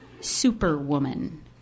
Superwoman